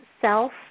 self